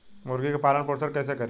मुर्गी के पालन पोषण कैसे करी?